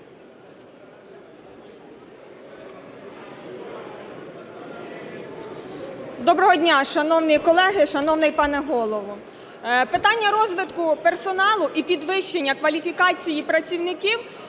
Доброго дня, шановні колеги, шановний пане Голово! Питання розвитку персоналу і підвищення кваліфікації працівників